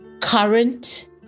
Current